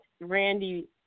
Randy